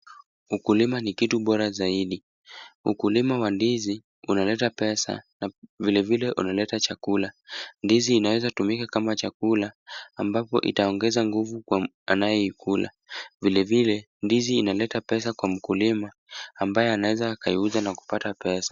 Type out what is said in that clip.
Ukulima ni kitu bora zaidi. Ukulima wa ndizi unaleta pesa, vilevile unaleta chakula. Ndizi inaweza tumika kama chakula, ambapo itaongeza nguvu anayekiula. Vilevile ndizi inaleta pesa kwa mkulima, ambaye anaweza kuiuza na kupata pesa.